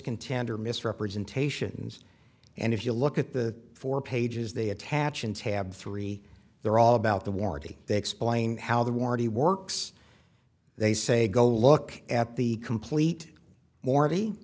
contender misrepresentations and if you look at the four pages they attach in tab three they're all about the warranty they explain how the warranty works they say go look at the complete mor